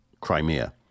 Crimea